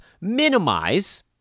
minimize